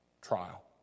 trial